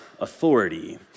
authority